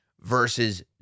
versus